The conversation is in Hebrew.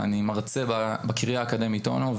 מרצה בקריה האקדמית אונו,